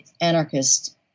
anarchist